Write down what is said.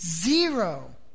zero